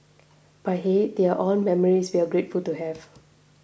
but hey they are all memories we're grateful to have